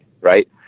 right